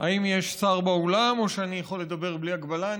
האם יש שר באולם או שאני יכול לדבר בלי הגבלה?